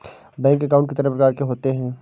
Bank account कितने प्रकार के होते हैं?